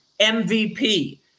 MVP